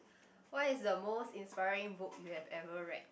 what is the most inspiring book you have ever read